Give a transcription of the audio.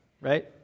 right